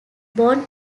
born